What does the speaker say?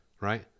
right